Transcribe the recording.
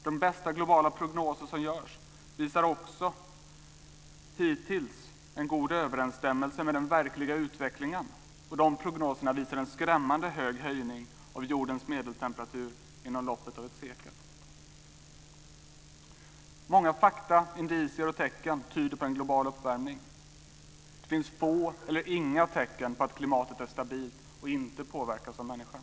De bästa globala prognoser som görs pekar hittills också på en god överensstämmelse med den verkliga utvecklingen, och de prognoserna visar på en skrämmande hög höjning av jordens medeltemperatur inom loppet av ett sekel. Många fakta, indicier och tecken tyder på en global uppvärmning. Det finns få eller inga tecken på att klimatet är stabilt och inte påverkas av människan.